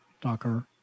Docker